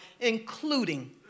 including